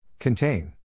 Contain